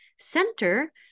center